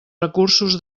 recursos